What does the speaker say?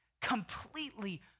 completely